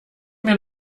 mir